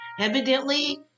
evidently